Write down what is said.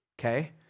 Okay